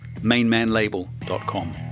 mainmanlabel.com